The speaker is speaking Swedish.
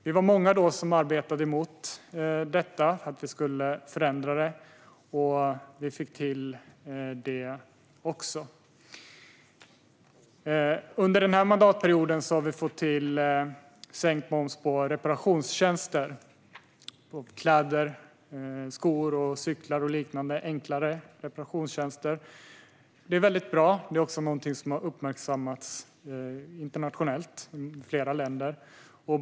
Vi var många som var emot det, och vi lyckades stoppa det. Under denna mandatperiod har vi också fått till sänkt moms på enklare reparationstjänster på kläder, skor, cyklar och liknande. Det är bra, och det är också något som har uppmärksammats i flera länder.